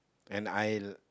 and I